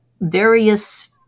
various